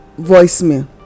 voicemail